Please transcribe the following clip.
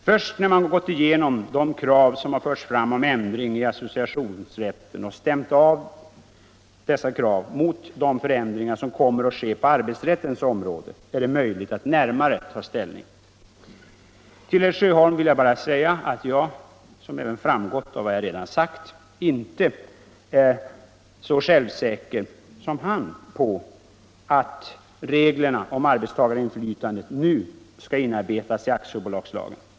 Först när man har gått igenom de krav som har förts fram om ändring i associationsrätten och stämt av dessa krav mot de förändringar som kommer att ske på arbetsrättens område, är det möjligt att närmare ta ställning. Till herr Sjöholm vill jag bara säga att jag — som även har framgått av vad jag redan har sagt — inte är så säker som han på att reglerna om arbetstagarinflytande nu skall inarbetas i aktiebolagslagen.